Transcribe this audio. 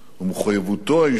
במחויבותו האישית,